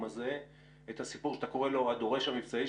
הזה את הסיפור שאתה קורא לו הדורש המבצעי,